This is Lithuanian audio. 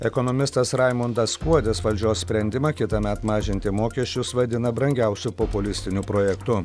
ekonomistas raimundas kuodis valdžios sprendimą kitąmet mažinti mokesčius vadina brangiausiu populistiniu projektu